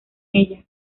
ella